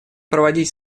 проводить